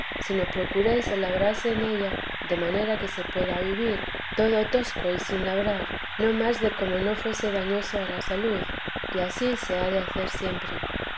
sino procuré se labrase en ella de manera que se pueda vivir todo tosco y sin labrar no más de como no fuese dañoso a la salud y ansí se ha de hacer siempre